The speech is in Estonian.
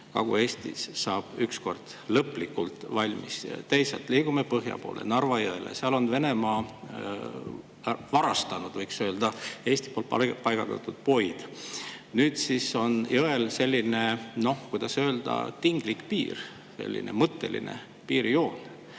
Kagu-Eestis on lõplikult valmis saanud? Liigume põhja poole, Narva jõele. Seal on Venemaa varastanud, võiks öelda, Eesti paigaldatud poid. Nüüd on jõel selline, kuidas öelda, tinglik piir, selline mõtteline piirjoon,